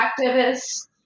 activists